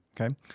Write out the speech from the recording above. Okay